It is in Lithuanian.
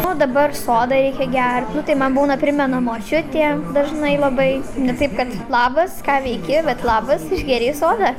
o dabar sodą reikia gert nu tai man būna primena močiutė dažnai labai ne taip kad labas ką veiki bet labas išgėrei sodą